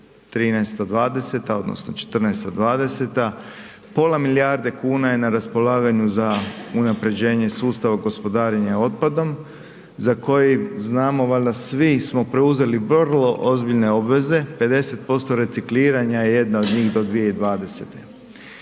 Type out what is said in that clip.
'13./'20. odnosno '14./'20. pola milijarde kuna je na raspolaganju za unapređenje sustava gospodarenja otpadom za koji znamo valjda svi smo preuzeli vrlo ozbiljne obveze 50% recikliranja je jedna od njih do 2020.